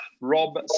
Rob